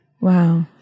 Wow